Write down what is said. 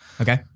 Okay